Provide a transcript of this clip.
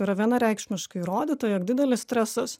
yra vienareikšmiškai įrodyta jog didelis stresas